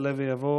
יעלה ויבוא